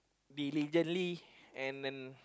diligently and then